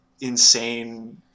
insane